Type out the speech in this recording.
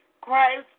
Christ